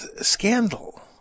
scandal